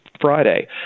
friday